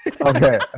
Okay